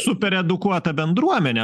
super edukuota bendruomenė